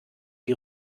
die